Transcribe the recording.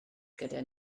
gyda